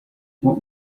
what